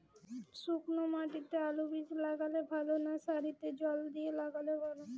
শুক্নো মাটিতে আলুবীজ লাগালে ভালো না সারিতে জল দিয়ে লাগালে ভালো?